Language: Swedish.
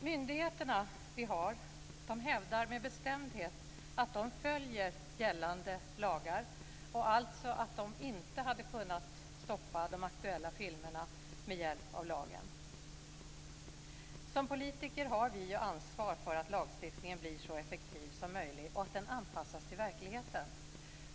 Myndigheterna vi har hävdar med bestämdhet att de följer gällande lagar, och alltså att de inte hade kunnat stoppa de aktuella filmerna med hjälp av lagen. Som politiker har vi ansvar för att lagstiftningen blir så effektiv som möjligt och att den anpassas till verkligheten.